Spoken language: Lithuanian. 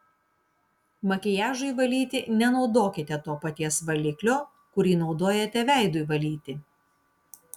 makiažui valyti nenaudokite to paties valiklio kurį naudojate veidui valyti